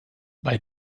bei